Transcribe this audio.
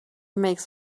makes